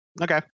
Okay